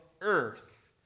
earth